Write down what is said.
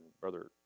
Brother